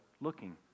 looking